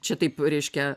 čia taip reiškia